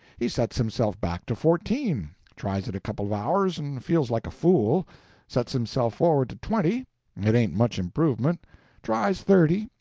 he sets himself back to fourteen tries it a couple of hours, and feels like a fool sets himself forward to twenty it ain't much improvement tries thirty,